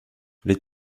les